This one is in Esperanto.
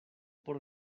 por